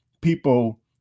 people